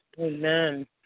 Amen